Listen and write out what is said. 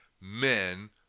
men